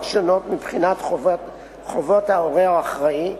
שונות מבחינת חובות ההורה או האחראי,